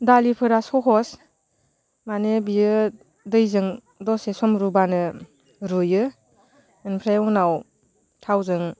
दालिफोरा सहज माने बेयो दैजों दसे सम रुबानो रुयो ओमफ्राय उनाव थावजों